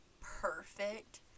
perfect